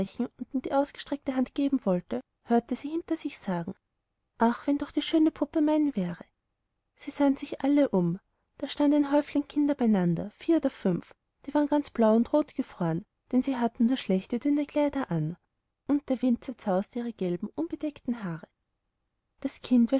die ausgestreckte hand geben wollte hörte sie hinter sich sagen ach wenn doch die schöne puppe mein wäre sie sahen sich alle um da stand ein häuflein kinder beieinander vier oder fünf die waren ganz blau und rot gefroren denn sie hatten nur schlechte dünne kleider an und der wind zerzauste ihre gelben unbedeckten haare das kind